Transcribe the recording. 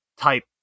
type